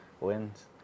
Wins